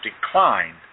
declined